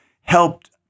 helped